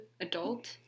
adult